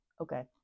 okay